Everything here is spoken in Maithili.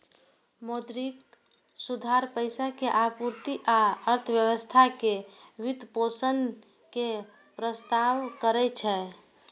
मौद्रिक सुधार पैसा के आपूर्ति आ अर्थव्यवस्था के वित्तपोषण के प्रस्ताव करै छै